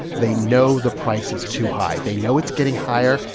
they know the price is too high. they know it's getting higher,